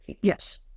Yes